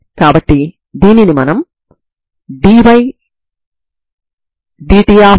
అందుకనే నేను ఈ సూపర్ పొజిషన్ ని తీసుకుంటున్నాను